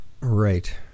Right